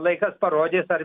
laikas parodys ar